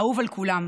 אהוב על כולם.